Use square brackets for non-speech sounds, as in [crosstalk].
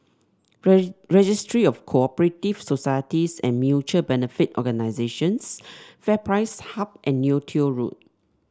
[unintelligible] Registry of Co operative Societies and Mutual Benefit Organisations FairPrice Hub and Neo Tiew Road